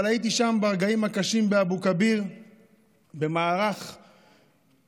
אבל הייתי שם ברגעים הקשים באבו כביר במהלך הזיהוי.